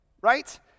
right